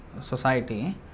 society